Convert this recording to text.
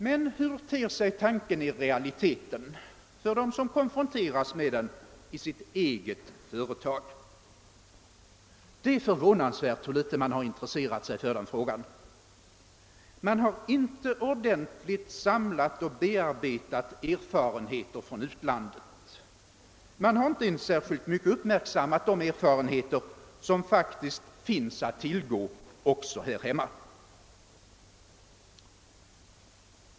Men hur ter sig tanken i realiteten för dem som konfronteras med den i sitt eget företag? Det är förvånansvärt hur litet man har intresserat sig för den frågan. Man har inte ordentligt samlat och bearbetat erfarenheter från utlandet; man har inte ens särskilt mycket uppmärksammat de erfarenheter som faktiskt finns att tillgå också här hemma.